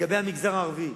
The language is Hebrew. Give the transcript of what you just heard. לגבי המגזר הערבי,